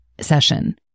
session